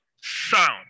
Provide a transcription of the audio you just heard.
sound